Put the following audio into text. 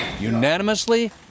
Unanimously